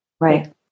Right